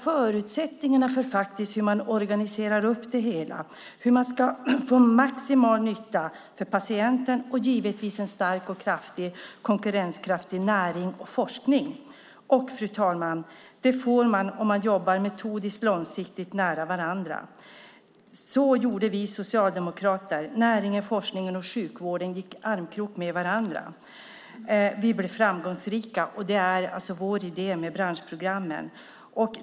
Förutsättningarna för att organisera det hela och få maximal nytta för patienten och givetvis en stark och kraftig konkurrenskraft i näring och forskning uppstår om man jobbar metodiskt och långsiktigt nära varandra. Så gjorde vi socialdemokrater. Näringen, forskningen och sjukvården gick armkrok med varandra. Vi blev framgångsrika. Det är vår idé med branschprogrammen.